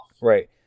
Right